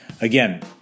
Again